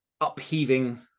upheaving